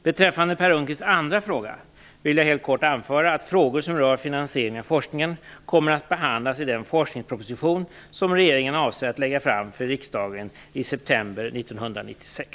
Beträffande Per Unckels andra fråga vill jag helt kort anföra att frågor som rör finansieringen av forskningen kommer att behandlas i den forskningsproposition som regeringen avser att lägga fram för riksdagen i september 1996.